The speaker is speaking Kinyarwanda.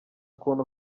kuntu